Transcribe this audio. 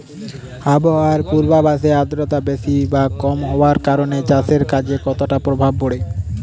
আবহাওয়ার পূর্বাভাসে আর্দ্রতা বেশি বা কম হওয়ার কারণে চাষের কাজে কতটা প্রভাব পড়ে?